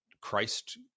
christ